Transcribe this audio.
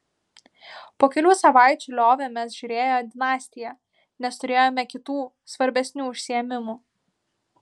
po kelių savaičių liovėmės žiūrėję dinastiją nes turėjome kitų svarbesnių užsiėmimų